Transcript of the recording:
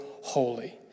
holy